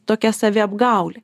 tokia saviapgaulė